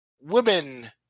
women